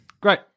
Great